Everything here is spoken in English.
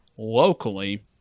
locally